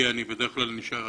עמרם,